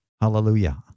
Hallelujah